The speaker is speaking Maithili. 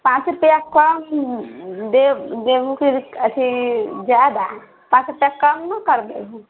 पाँच रुपया कम देब देबहु कि अथि जादा पाँच रुपया कम नहि कर देबहु